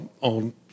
on